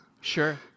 sure